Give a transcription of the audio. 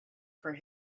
for